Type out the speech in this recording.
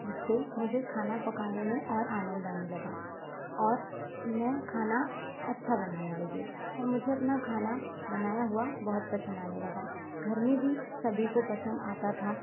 जिससे मुझे खाना पकाने में और आनंद आने लगा और मैं खाना अच्छा बनाने लगी और मुझे अपना खाना बनाया हुआ बहुत पसंद आने लगा घर में भी सभी को पसंद आता था